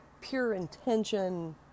pure-intention